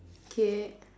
K